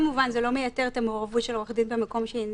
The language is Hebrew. כמובן שזה לא מייתר את המעורבות של עורך דין במקום שבו היא נדרשת.